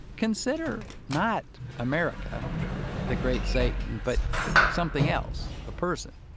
consider not america the great satan, but something else, a person